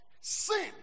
sin